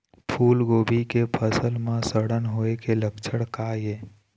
फूलगोभी के फसल म सड़न होय के लक्षण का ये?